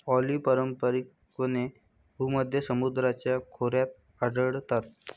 olive पारंपारिकपणे भूमध्य समुद्राच्या खोऱ्यात आढळतात